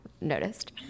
noticed